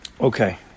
Okay